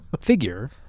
figure